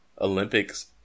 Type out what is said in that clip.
Olympics